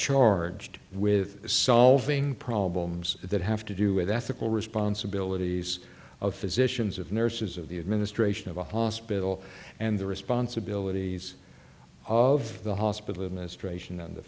charged with solving problems that have to do with ethical responsibilities of physicians of nurses of the administration of a hospital and the responsibilities of the hospital